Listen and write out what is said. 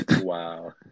Wow